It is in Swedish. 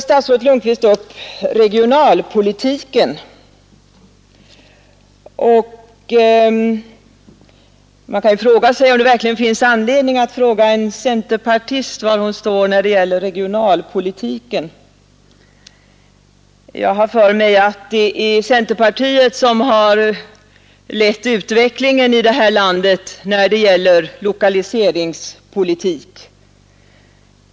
Statsrådet Lundkvist tog upp regionalpolitiken, men man kan fråga sig om det verkligen finns anledning fråga en centerpartist var hon står när det gäller regionalpolitiken. Jag har för mig att det är centerpartiet som har lett utvecklingen i detta land när det gäller lokaliseringspolitik.